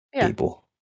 people